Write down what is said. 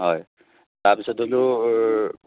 হয় তাৰ পিছত